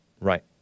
Right